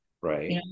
Right